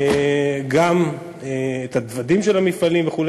גם את הדוודים של המפעלים וכו',